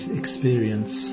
experience